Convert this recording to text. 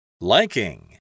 Liking